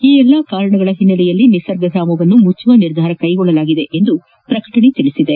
ಈ ಎಲ್ಲಾ ಕಾರಣಗಳ ಹಿನ್ನೆಲೆಯಲ್ಲಿ ನಿಸರ್ಗಧಾಮವನ್ನು ಮುಚ್ಚುವ ನಿರ್ಧಾರ ಕೈಗೊಳ್ಳಲಾಗಿದೆ ಎಂದು ಪ್ರಕಟಣೆ ತಿಳಿಸಿದೆ